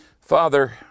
Father